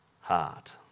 heart